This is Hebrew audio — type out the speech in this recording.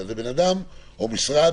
זה בן אדם, או משרד,